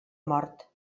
mort